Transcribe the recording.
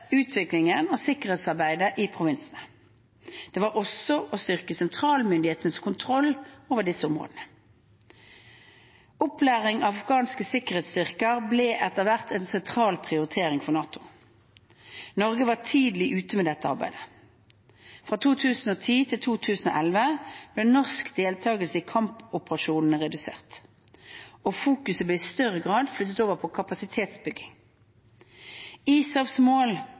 utviklingen og sikkerhetsarbeidet i provinsene. Det var også å styrke sentralmyndighetenes kontroll over disse områdene. Opplæring av afghanske sikkerhetsstyrker ble etter hvert en sentral prioritering for NATO. Norge var tidlig ute med dette arbeidet. Fra 2010 til 2011 ble norsk deltagelse i kampoperasjonene redusert, og fokuset ble i større grad flyttet over til kapasitetsbygging. ISAFs mål